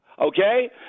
Okay